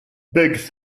big